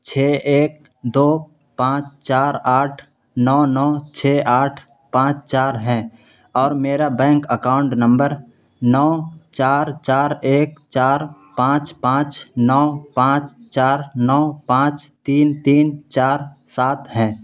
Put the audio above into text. چھ ایک دو پانچ چار آٹھ نو نو چھ آٹھ پانچ چار ہیں اور میرا بینک اکاؤنٹ نمبر نو چار چار ایک چار پانچ پانچ نو پانچ چار نو پانچ تین تین چار سات ہیں